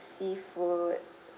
seafood